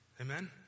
Amen